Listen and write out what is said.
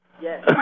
Yes